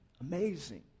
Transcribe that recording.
Amazing